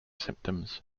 symptoms